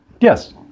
Yes